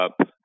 up